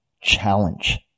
Challenge